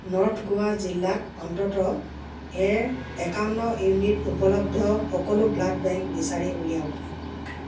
north Goa জিলাত অন্ততঃ এ একাৱন্ন ইউনিট উপলব্ধ সকলো ব্লাড বেংক বিচাৰি উলিয়াওক